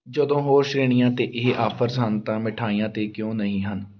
ਜਦੋਂ ਹੋਰ ਸ਼੍ਰੇਣੀਆਂ 'ਤੇ ਇਹ ਆਫ਼ਰਜ਼ ਹਨ ਤਾਂ ਮਿਠਾਈਆਂ 'ਤੇ ਕਿਉਂ ਨਹੀਂ ਹਨ